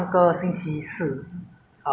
所以那时候星期四我们考完时候